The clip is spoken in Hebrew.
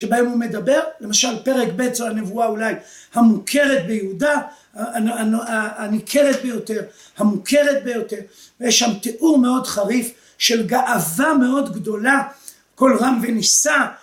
שבהם הוא מדבר, למשל פרק ב' זו הנבואה אולי המוכרת ביהודה, הניכרת ביותר, המוכרת ביותר, ויש שם תיאור מאוד חריף של גאווה מאוד גדולה, קול רם ונישא